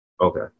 Okay